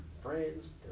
friends